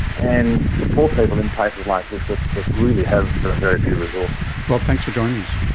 and support people in places like this that really have very few resources. rob, thanks for joining us.